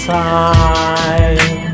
time